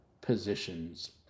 positions